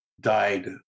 died